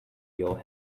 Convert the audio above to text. your